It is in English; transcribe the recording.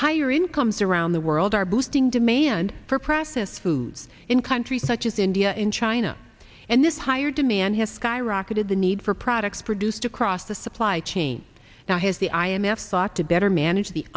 higher incomes around the world are boosting demand for processed foods in countries such as india and china and this higher demand has skyrocketed the need for products produced across the supply chain now has the i m f sought to better manage the